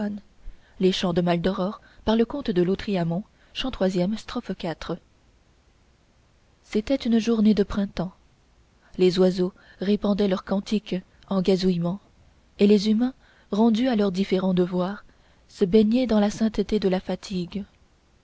c'était une journée de printemps les oiseaux répandaient leurs cantiques en gazouillements et les humains rendus à leurs différents devoirs se baignaient dans la sainteté de la fatigue